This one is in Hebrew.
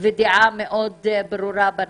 ודעה ברורה מאוד בנושא.